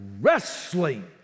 wrestling